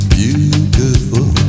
beautiful